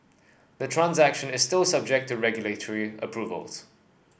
the transaction is still subject to regulatory approvals